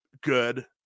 good